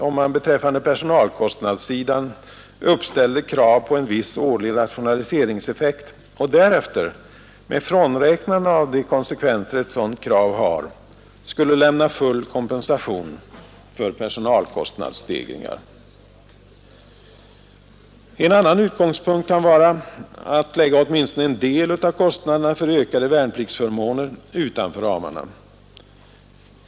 om man beträffande personalkostnadssidan uppställde krav på en viss årlig rationaliseringseffekt och därefter, med frånräknande av de konsekvenser ett sådant krav har, skulle lämna full kompensation för personalkostnadsstegringar. En annan utgångspukt kan vara att lägga åtminstone en del av kostnaderna för ökade värnpliktförmåner utanför ramarna.